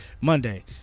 Monday